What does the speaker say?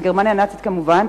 על גרמניה הנאצית כמובן.